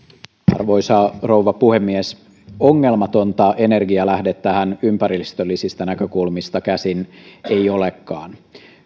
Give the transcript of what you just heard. arvoisa rouva puhemies ongelmatonta energialähdettähän ympäristöllisistä näkökulmista käsin ei olekaan